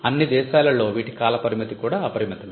అన్ని దేశాలలో వీటి కాల పరిమితి కూడా అపరిమితమే